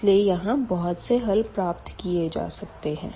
इसलिए यहाँ बहुत से हल प्राप्त किये जा सकते है